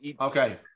Okay